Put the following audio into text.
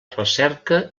recerca